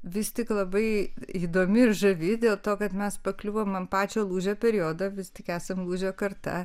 vis tik labai įdomi ir žavi dėl to kad mes pakliuvom ant pačio lūžio periodo vis tik esam lūžio karta